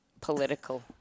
political